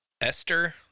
Esther